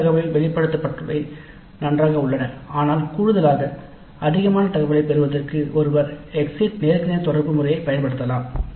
survey தகவலில் வெளிப்படுத்தப்பட்டவை நன்றாக உள்ளன ஆனால் கூடுதலாக அதிகமான தகவலைப் பெறுவதற்கு ஒருவர் எக்ஸிட் நேருக்கு நேர் தொடர்பு முறையை பயன்படுத்தலாம்